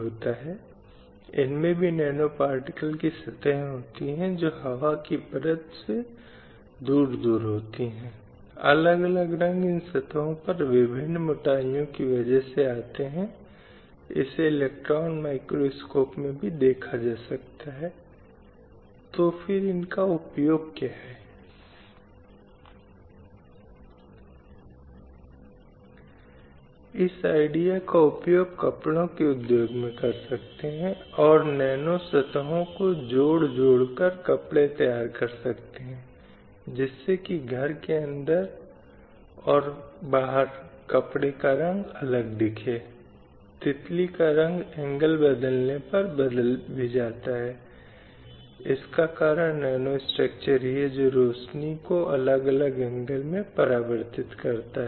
लेकिन इसके बावजूद कि कुछ 8300 मामलों से 84000 मामले 2014 में महिलाओं के खिलाफ क्रूरता का मुद्दा फिर से एक बहुत ही महत्वपूर्ण मुद्दा बन गया है घरेलू हिंसा के संबंध में महिलाओं के मामलों के खिलाफ अपराध के मामलों के रूप में 2010 में 94000 से 2014 में 122000 तक यह उच्च था और इसी तरह महिलाओं के साथ मार पीट के मामलो में यह 40000 से 82000 तक हैं इसलिए यह महिलाओं के खिलाफ बढ़ते अपराधों का मामला है और स्थिति है के जो दिखाता है कि न केवल अन्य पहलुओं के संबंध में चाहे स्वास्थ्य के संबंध में हो या शिक्षा आदि के संबंध में हो जहां बालिका या महिला पीड़ित है लेकिन समाज के संबंध में महिलाओं के खिलाफ एक लिंग विशेष हिंसा करने के साथ ही वहाँ भी महिलाएं प्रमुख शिकार बन जाती हैं